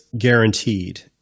guaranteed